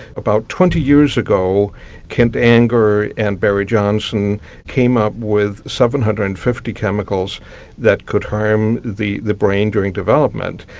about twenty years ago kent anger and barry johnson came up with seven hundred and fifty chemicals that could harm the the brain during development.